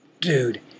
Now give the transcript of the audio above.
Dude